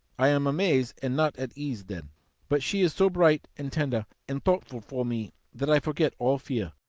i am amaze, and not at ease then but she is so bright and tender and thoughtful for me that i forget all fear.